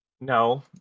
No